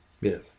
Yes